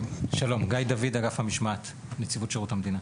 גיא דוד אגף המשמעת בנציבות שירות המדינה.